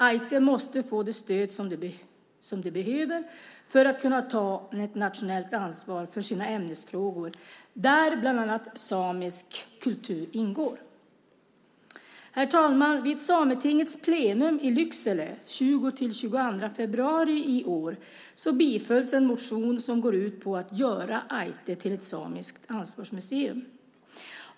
Ájtte måste få det stöd som det behöver för att kunna ta ett nationellt ansvar för sina ämnesfrågor där bland annat samisk kultur ingår. Vid Sametingets plenum i Lycksele den 20-22 februari i år bifölls en motion som går ut på att göra Ájtte till ett samiskt ansvarsmuseum.